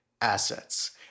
assets